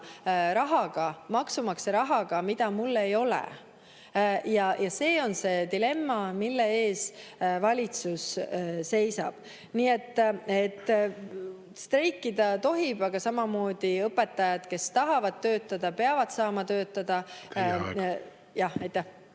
alla maksumaksja rahaga, mida mul ei ole. Ja see on see dilemma, mille ees valitsus seisab. Nii et streikida tohib, aga samamoodi peavad õpetajad, kes tahavad töötada, saama töötada. Teie aeg! Aitäh!